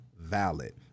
valid